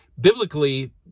Biblically